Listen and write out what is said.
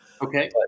Okay